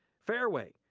fareway,